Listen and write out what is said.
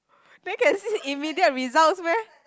then can see immediate results meh